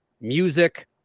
music